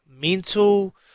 Mental